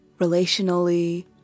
relationally